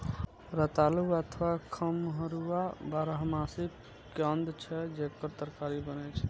रतालू अथवा खम्हरुआ बारहमासी कंद छियै, जेकर तरकारी बनै छै